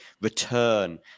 return